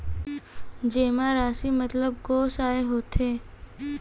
जेमा राशि मतलब कोस आय होथे?